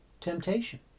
temptation